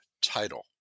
title